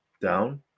down